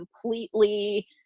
completely